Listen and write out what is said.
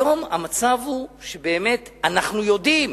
היום המצב הוא שאנחנו יודעים